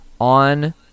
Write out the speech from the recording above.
on